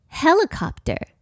helicopter